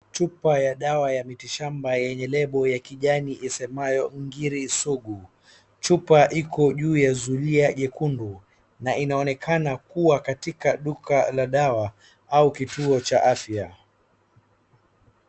Chupa ya dawa ya mitishamba yenye label kuu ya kijani isemayo Ngiri sugu. Chupa iko juu ya zulia nyekundu na inaonekana kuwa katika duka la dawa au kituo cha afya.